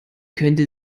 könnte